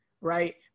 Right